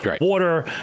Water